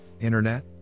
internet